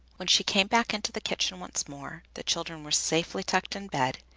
when she came back into the kitchen once more, the children were safely tucked in bed,